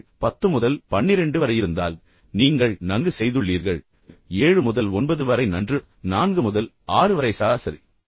நீங்கள் 10 முதல் 12 வரை இருந்தால் நீங்கள் நன்கு செய்துள்ளீர்கள் 7 முதல் 9 வரை நன்று 4 முதல் 6 வரை சராசரி